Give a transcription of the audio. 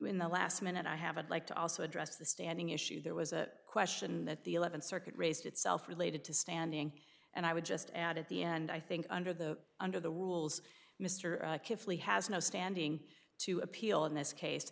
in the last minute i have had like to also address the standing issue there was a question that the eleventh circuit raised itself related to standing and i would just add at the end i think under the under the rules mr carefully has no standing to appeal in this case